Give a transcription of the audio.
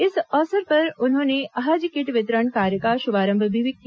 इस अवसर पर उन्होंने हज किट वितरण कार्य का शुभारंभ भी किया